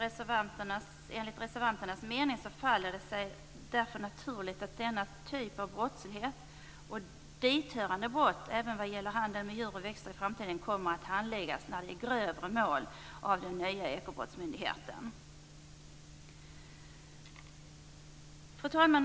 Enligt reservanternas mening faller det sig därför naturligt att denna typ av brottslighet och dithörande brott, även vad gäller handeln med djur och växter, i framtiden skall handläggas av den nya Ekobrottsmyndigheten när det är fråga om grövre mål. Fru talman!